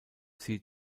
sie